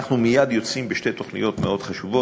אנחנו מייד יוצאים בשתי תוכניות מאוד חשובות,